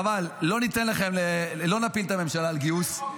חבל, לא נפיל את הממשלה על גיוס.